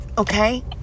Okay